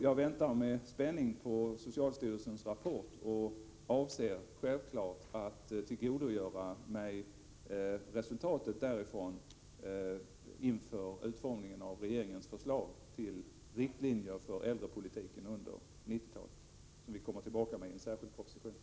Jag väntar med spänning på socialstyrelsens rapport och avser självfallet att tillgodogöra mig resultatet därav inför utformningen av regeringens förslag till riktlinjer för äldrepolitiken under 90-talet, som vi kommer att redovisa i en särskild proposition.